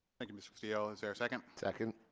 thank you mr castillo. is there a second? second.